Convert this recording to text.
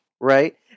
Right